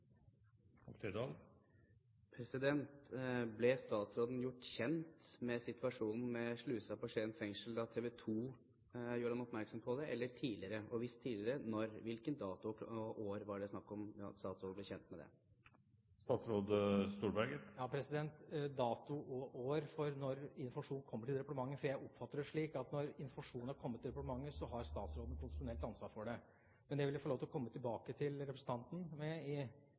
Ble statsråden gjort kjent med situasjonen med slusen i Skien fengsel da TV 2 gjorde ham oppmerksom på det, eller tidligere? Og hvis tidligere, hvilken dato og hvilket år er det snakk om at statsråden ble kjent med det? Jeg oppfatter det slik at når informasjon om dato og år for når informasjonen er kommet til departementet, har statsråden konstitusjonelt ansvar for det. Men hvis representanten er ute etter dato, vil jeg i så fall få lov til å komme tilbake til ham med det i